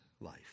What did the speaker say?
life